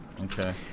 Okay